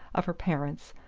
of her parents,